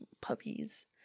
puppies